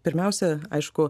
pirmiausia aišku